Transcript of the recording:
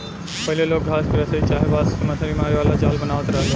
पहिले लोग घास के रसरी चाहे बांस से मछरी मारे वाला जाल बनावत रहले